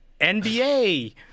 NBA